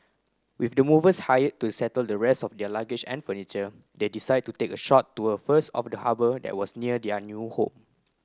with the movers hired to settle the rest of their luggage and furniture they decide to take a short tour first of the harbour that was near their new home